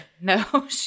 no